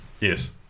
Yes